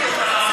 שאילתות,